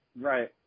Right